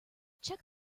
check